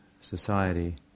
society